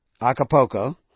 Acapulco